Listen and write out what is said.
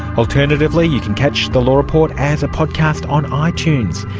alternatively you can catch the law report as a podcast on ah itunes,